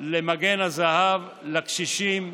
למגן הזהב לקשישים,